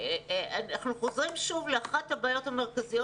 אנחנו חוזרים שוב לאחת הבעיות המרכזיות